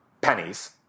Pennies